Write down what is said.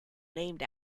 named